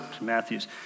Matthew's